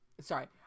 Sorry